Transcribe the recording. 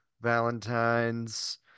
Valentine's